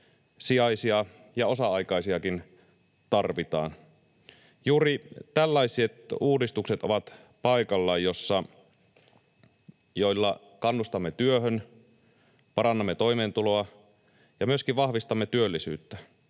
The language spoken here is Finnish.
sijaisia ja osa-aikaisiakin tarvitaan. Juuri tällaiset uudistukset ovat paikallaan, joilla kannustamme työhön, parannamme toimeentuloa ja myöskin vahvistamme työllisyyttä.